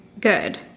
good